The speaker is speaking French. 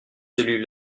celui